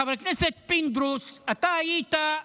חבר הכנסת פינדרוס, אתה היית,